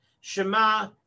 Shema